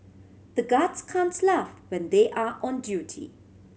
the guards can't laugh when they are on duty